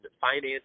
finance